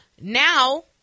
now